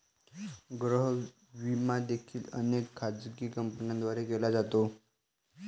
गृह विमा देखील अनेक खाजगी कंपन्यांद्वारे केला जातो